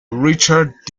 richard